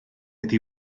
iddi